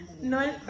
No